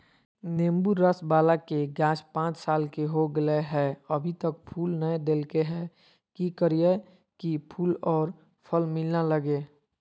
नेंबू रस बाला के गाछ पांच साल के हो गेलै हैं अभी तक फूल नय देलके है, की करियय की फूल और फल मिलना लगे?